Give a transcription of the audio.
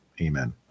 Amen